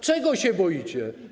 Czego się boicie?